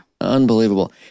Unbelievable